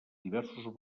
diversos